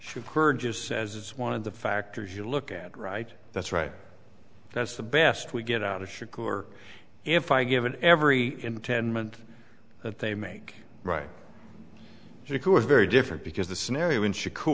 her just says it's one of the factors you look at right that's right that's the best we get out of chicago or if i give it every ten month that they make right so you are very different because the scenario in chicago